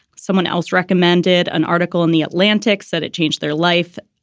someone else recommended an article in the atlantic, said it changed their life.